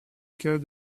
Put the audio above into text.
cas